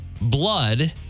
Blood